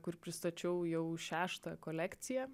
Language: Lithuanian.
kur pristačiau jau šeštą kolekciją